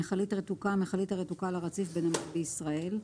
"מכלית רתוקה" מכלית הרתוקה לרציף בנמל בישראל.